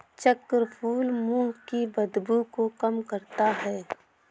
चक्रफूल मुंह की बदबू को कम करता है